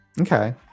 Okay